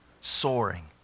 Soaring